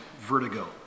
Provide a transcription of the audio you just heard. vertigo